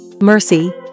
mercy